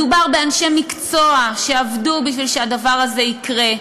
מדובר באנשי מקצוע שעבדו בשביל שהדבר הזה יקרה,